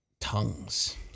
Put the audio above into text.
Tongues